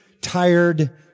tired